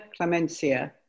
Clemencia